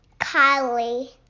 Kylie